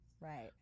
Right